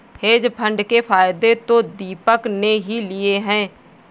hedge fund के फायदे तो दीपक ने ही लिए है